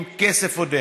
עם כסף עודף.